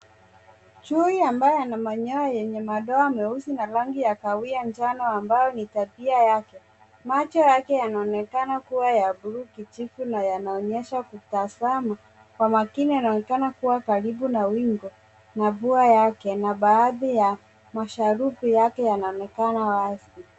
Chui ambaye ana manyoya yenye madoa meusi na rangi ya kahawia njano ambayo ni tabia yake. Macho yake yanaonekana kuwa ya bluu kijivu na yanaonyesha kutazama kwa makini anaonekana kuwa karibu na wingo na pua yake na baadhi ya masharubu yake yanaonekana wazi.